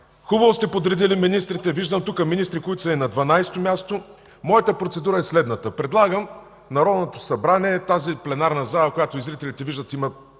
хубаво сте подредили министрите, виждам тук министри, които са и на 12-то място. Моята процедура е следната: предлагам в Народното събрание, в пленарната зала, в която, и зрителите виждат, има